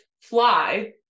fly